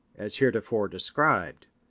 as heretofore described.